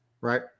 right